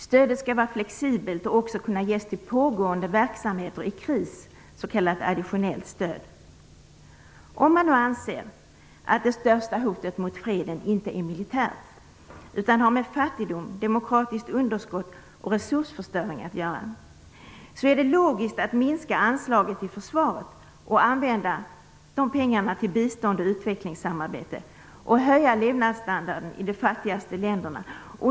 Stödet skall vara flexibelt och också kunna ges till pågående verksamheter i kris, s.k. additionellt stöd. Om man har ansett att det största hotet mot freden inte är militärt utan har med fattigdom, demokratiskt underskott och resursförstöringen att göra är det logiskt att minska anslaget till försvaret och använda pengarna till bistånd och utvecklingssamarbete och höja levnadsstandarden i de fattigaste länderna.